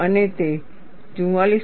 અને તે 44